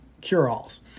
cure-alls